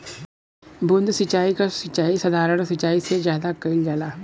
बूंद क सिचाई साधारण सिचाई से ज्यादा कईल जाला